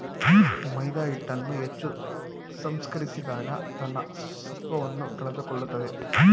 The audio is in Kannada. ಮೈದಾಹಿಟ್ಟನ್ನು ಹೆಚ್ಚು ಸಂಸ್ಕರಿಸಿದಾಗ ತನ್ನ ಸತ್ವವನ್ನು ಕಳೆದುಕೊಳ್ಳುತ್ತದೆ